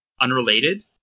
Unrelated